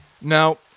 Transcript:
Now